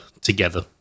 together